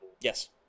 Yes